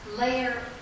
layer